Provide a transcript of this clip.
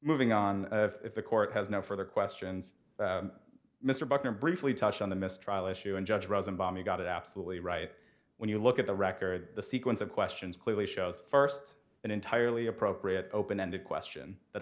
moving on if the court has no further questions mr bucknor briefly touched on the mistrial issue and judge rosenbaum you got it absolutely right when you look at the record the sequence of questions clearly shows first an entirely appropriate open ended question that